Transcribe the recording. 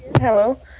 Hello